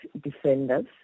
defenders